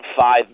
five